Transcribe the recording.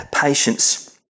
patience